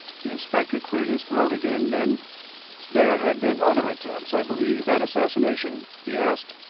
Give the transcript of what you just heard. the inspector cleared his throat again, then there had been other attempts, i believe, at assassination? he asked.